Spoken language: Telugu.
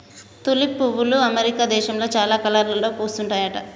తులిప్ పువ్వులు అమెరికా దేశంలో చాలా కలర్లలో పూస్తుంటాయట